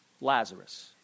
Lazarus